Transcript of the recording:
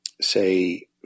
say